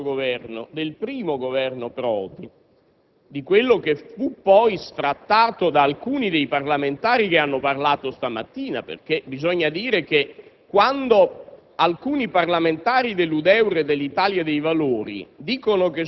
al presidente Prodi dell'altro Governo (del primo Governo Prodi, di quello che fu poi «sfrattato» da alcuni dei parlamentari che hanno parlato stamattina) che io ho una